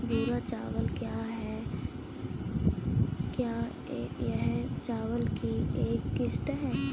भूरा चावल क्या है? क्या यह चावल की एक किस्म है?